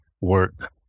work